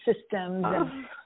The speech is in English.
systems